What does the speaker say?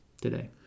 today